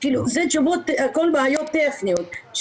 אלה תשובות שכולן בעיות טכניות,